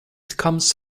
comes